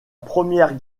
première